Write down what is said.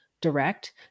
direct